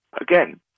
again